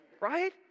Right